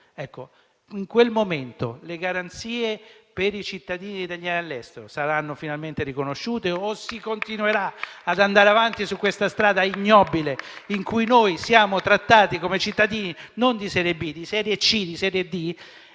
in quel momento le garanzie per i cittadini italiani all'estero saranno finalmente riconosciute o si continuerà ad andare avanti su questa strada ignobile, in cui noi siamo trattati come cittadini non di serie B, ma di serie C o di serie D,